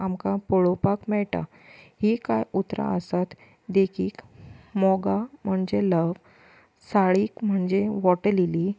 आमकां पळोवपाक मेळटा हीं कांय उतरां आसात देखीक मोगा म्हणजें लव साळीक म्हणजें वॉटर लीली